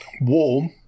warm